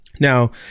Now